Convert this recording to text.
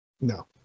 No